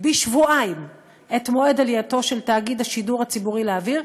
בשבועיים את מועד עלייתו של תאגיד השידור הציבורי לאוויר.